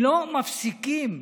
לא מפסיקים,